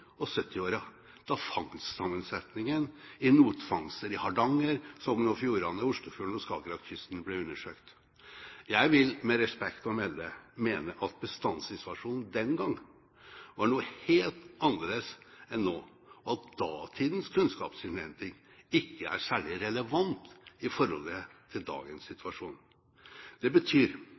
og 1970-årene, da sammensetningen i notfangster i Hardanger, Sogn og Fjordane, Oslofjorden og Skagerrakkysten ble undersøkt. Jeg vil, med respekt å melde, mene at bestandssituasjonen den gang var helt annerledes enn nå, og at datidens kunnskapsinnhenting ikke er særlig relevant for dagens situasjon. Det betyr